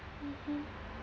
mmhmm